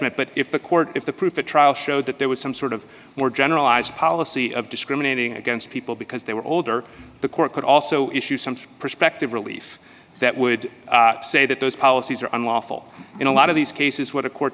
judgment but if the court if the proof a trial showed that there was some sort of more generalized policy of discriminating against people because they were older the court could also issue some prospective relief that would say that those policies are unlawful in a lot of these cases what a court